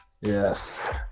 Yes